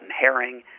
Herring